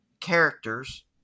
characters